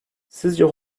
sizce